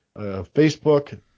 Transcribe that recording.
Facebook